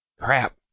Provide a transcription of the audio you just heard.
Crap